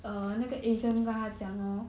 orh